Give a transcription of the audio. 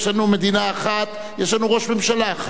יש לנו מדינה אחת, יש לנו ראש ממשלה אחד.